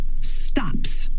stops